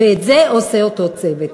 ואת זה עושה אותו צוות.